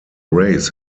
race